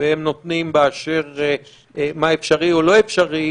והם נותנים באשר למה אפשרי או לא אפשר.